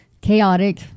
chaotic